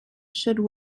should